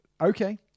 Okay